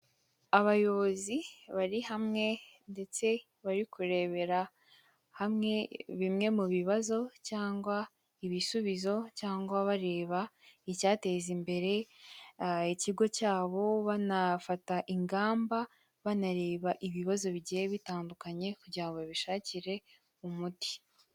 Abayobozi bari hamwe ndetse bari kurebera hamwe bimwe mu bibazo cyangwa ibisubizo cyangwa bareba icyateza imbere ikigo cyabo, banafata ingamba, banareba ibibazo bigiye bitandukanye kugira ngo babishakire umuti.